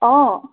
অঁ